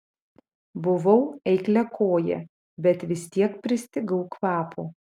buvau eikliakojė bet vis tiek pristigau kvapo